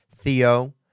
Theo